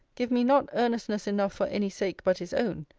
give me not earnestness enough for any sake but his own,